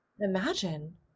imagine